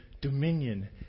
dominion